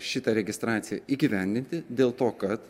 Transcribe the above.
šitą registraciją įgyvendinti dėl to kad